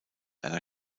einer